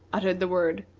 uttered the word,